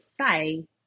say